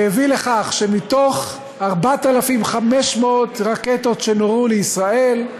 והביא לכך שמ-4,500 רקטות שנורו לישראל,